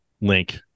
link